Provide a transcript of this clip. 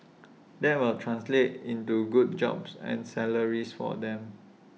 that will translate into good jobs and salaries for them